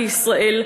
בישראל,